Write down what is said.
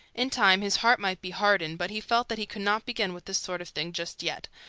in time his heart might be hardened, but he felt that he could not begin with this sort of thing just yet.